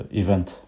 event